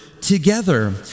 together